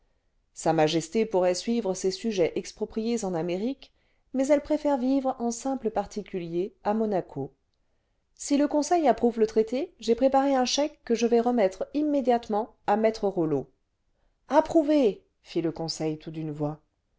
sa majesté pourrait suivre ses sujets expropriés en amérique mais elle préfère vivre en simple particulier à monaco si le conseil approuve le traité j'ai préparé un chèque que je vais remettre immédiatement à mc rollot approuvé fit le conseil tout d'une voix